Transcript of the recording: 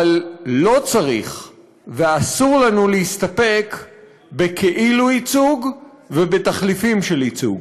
אבל לא צריך ואסור לנו להסתפק בכאילו-ייצוג ובתחליפים של ייצוג.